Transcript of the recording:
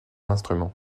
instrument